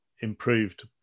improved